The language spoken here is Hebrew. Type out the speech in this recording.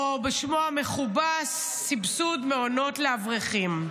או בשמו המכובס: סבסוד מעונות לאברכים.